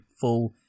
full